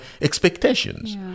expectations